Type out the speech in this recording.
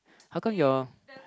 how come your